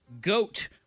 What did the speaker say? goat